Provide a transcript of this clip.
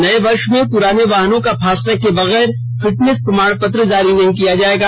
नए वर्ष में पुराने वाहनों का फास्टैग के बगैर फिटनेस प्रमाण पत्र जारी नहीं किया जाएगा